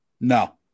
no